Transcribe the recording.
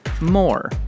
more